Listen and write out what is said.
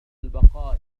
البقاء